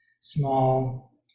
small